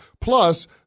Plus